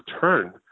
turn